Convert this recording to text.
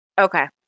Okay